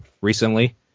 recently